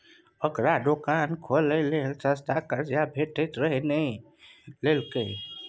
ओकरा दोकान खोलय लेल सस्ता कर्जा भेटैत रहय नहि लेलकै